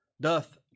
doth